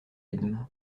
edme